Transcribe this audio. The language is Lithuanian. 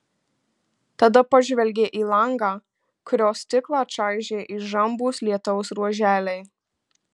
tada pažvelgė į langą kurio stiklą čaižė įžambūs lietaus ruoželiai